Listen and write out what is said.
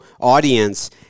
audience